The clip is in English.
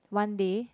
one day